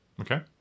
Okay